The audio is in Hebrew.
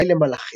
חגי למלאכי,